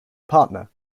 partner